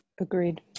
Agreed